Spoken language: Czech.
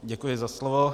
Děkuji za slovo.